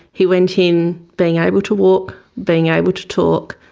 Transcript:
he went in being able to walk, being able to talk,